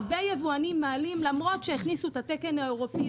הרבה יבואנים מעלים למרות שהכניסו את התקן האירופי